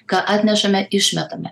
ką atnešame išmetame